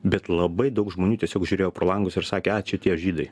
bet labai daug žmonių tiesiog žiūrėjo pro langus ir sakė a čia tie žydai